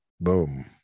Boom